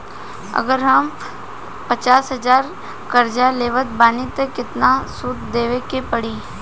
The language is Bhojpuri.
अगर हम पचास हज़ार कर्जा लेवत बानी त केतना सूद देवे के पड़ी?